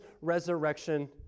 resurrection